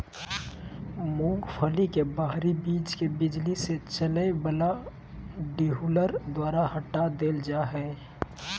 मूंगफली के बाहरी बीज के बिजली से चलय वला डीहुलर द्वारा हटा देल जा हइ